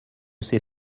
sait